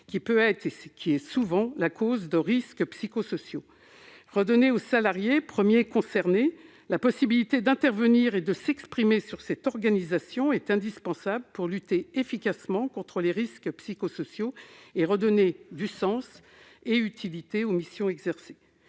du travail, qui est souvent un facteur de risques psychosociaux. Redonner aux salariés, premiers concernés, la possibilité d'intervenir et de s'exprimer sur cette organisation est indispensable pour lutter efficacement contre les risques psychosociaux et redonner sens et utilité aux missions exercées.